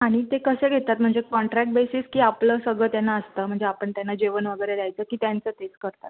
आणि ते कसं घेतात म्हणजे कॉन्ट्रॅक बेसिस की आपलं सगळं त्यांना असतं म्हणजे आपण त्यांना जेवण वगैरे द्यायचं की त्यांचं तेच करतात